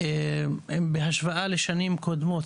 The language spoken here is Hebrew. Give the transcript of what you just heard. בהשוואה לשנים קודמות.